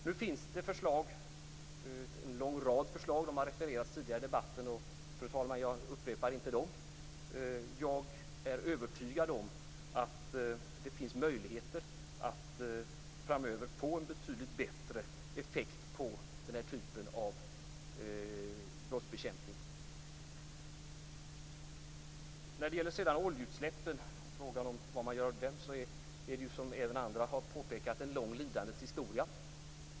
Nu finns det en lång rad förslag, som har refererats tidigare i debatten och som jag inte upprepar, fru talman. Jag är övertygad om att det finns möjligheter att framöver få en betydligt bättre effekt på den här typen av brottsbekämpning. När det sedan gäller oljeutsläppen och frågan vad man gör åt dem är det en lång lidandets historia, som även andra påpekat.